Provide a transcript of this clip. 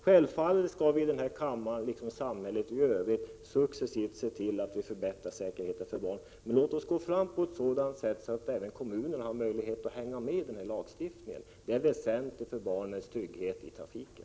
Självfallet skall vi i den här kammaren liksom i samhället i övrigt se till att vi successivt förbättrar säkerheten för barn. Men låt oss gå fram på ett sådant sätt att kommunerna har möjlighet att hänga med i lagstiftningen. Det är väsentligt för barnens trygghet i trafiken.